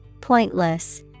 Pointless